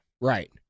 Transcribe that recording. Right